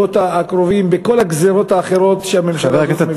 הקרובים בכל הגזירות האחרות שהממשלה הזאת מביאה.